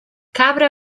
cabra